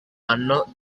anno